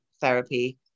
therapy